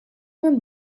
minn